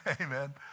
Amen